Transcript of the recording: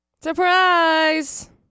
Surprise